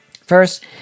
First